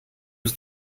was